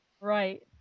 Right